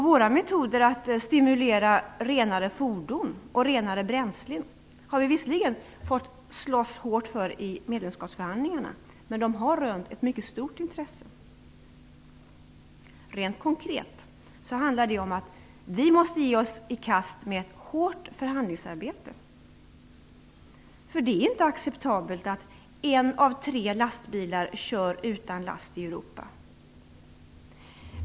Våra metoder att stimulera renare fordon och renare bränsle har vi visserligen fått slåss hårt för i medlemskapsförhandlingarna, men de har rönt ett mycket stort intresse. Rent konkret handlar det om att vi måste ge oss i kast med ett hårt förhandlingsarbete. Det är inte acceptabelt att en av tre lastbilar kör utan last i Europa.